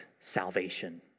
salvation